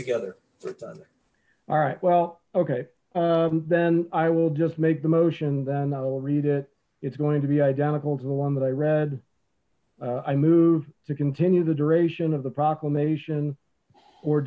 timing all right well okay then i will just make the motion then i'll read it it's going to be identical to the one that i read i moved to continue the duration of the proclamation or